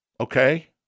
Okay